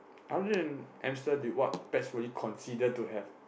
other than hamster did what pets would you consider to have